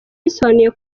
bisobanuye